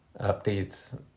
updates